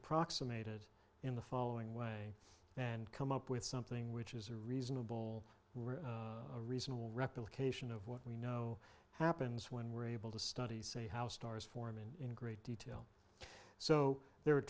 approximate it in the following way and come up with something which is a reasonable a reasonable replication of what we know happens when we're able to study say how stars form in great detail so the